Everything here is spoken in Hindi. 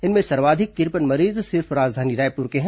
इनमें सर्वाधिक तिरपन मरीज सिर्फ राजधानी रायपुर के हैं